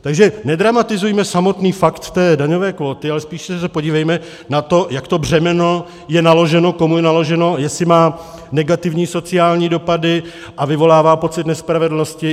Takže nedramatizujme samotný fakt té daňové kvóty, ale spíše se podívejme na to, jak to břemeno je naloženo, komu je naloženo, jestli má negativní sociální dopady a vyvolává pocit nespravedlnosti.